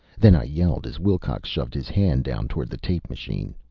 then i yelled as wilcox shoved his hand down toward the tape machine.